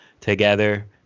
together